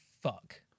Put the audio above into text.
fuck